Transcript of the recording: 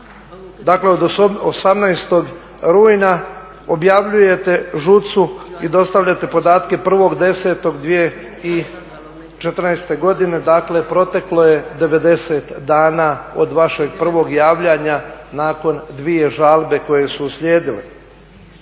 dakle od 18. rujna objavljujete ŽUC-u i dostavljate podatke 1.10.2014. godine, dakle proteklo je 90 dana od vašeg prvog javljanja nakon dvije žalbe koje su uslijedile.